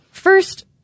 First